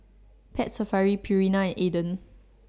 Pet Safari Purina and Aden